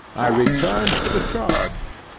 i returned to the charge.